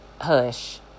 hush